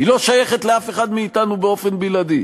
היא לא שייכת לאף אחד מאתנו באופן בלעדי,